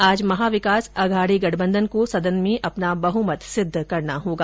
आज महा विकास अघाडी गठबंधन को सदन में अपना बहुमत सिद्द करना होगा